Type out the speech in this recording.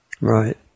Right